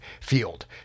field